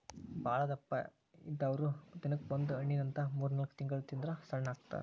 ಬಾಳದಪ್ಪ ಇದ್ದಾವ್ರು ದಿನಕ್ಕ ಒಂದ ಹಣ್ಣಿನಂತ ಮೂರ್ನಾಲ್ಕ ತಿಂಗಳ ತಿಂದ್ರ ಸಣ್ಣ ಅಕ್ಕಾರ